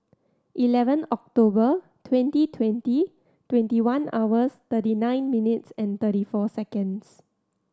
eleven October twenty twenty twenty one hours thirty nine minutes and thirty four seconds